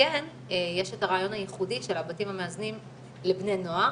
וכן יש את הרעיון הייחודי של הבתים המאזנים לבני נוער